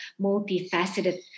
multifaceted